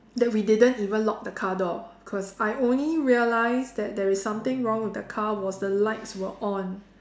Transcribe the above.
that we didn't even lock the car door cause I only realised that there is something wrong with the car was the lights were on